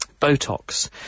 Botox